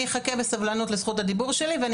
אני אחכה בסבלנות לזכות הדיבור שלי ואני